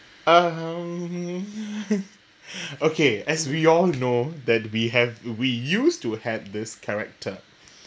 um okay as we all know that we have we use used to have this character